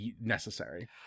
necessary